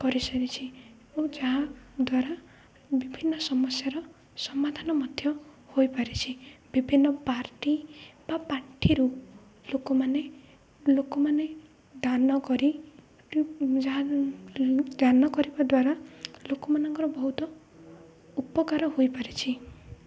କରିସାରିଛି ଓ ଯାହାଦ୍ୱାରା ବିଭିନ୍ନ ସମସ୍ୟାର ସମାଧାନ ମଧ୍ୟ ହୋଇପାରିଛି ବିଭିନ୍ନ ପାର୍ଟି ବା ପାଠୀରୁ ଲୋକମାନେ ଲୋକମାନେ ଦାନ କରି ଯାହା ଦାନ କରିବା ଦ୍ୱାରା ଲୋକମାନଙ୍କର ବହୁତ ଉପକାର ହୋଇପାରିଛି